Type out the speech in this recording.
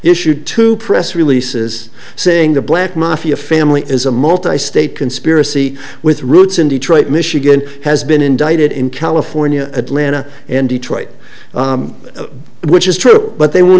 issued two press releases saying the black mafia family is a multi state conspiracy with roots in detroit michigan has been indicted in california atlanta and detroit which is true but they won't